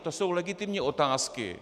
To jsou legitimní otázky.